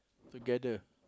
together